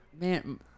man